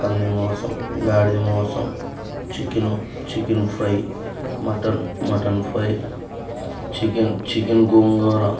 పంది మాసం గాడిద మాసం chicken chicken fry mutton mutton fry chicken chicken గోంగూర